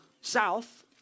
south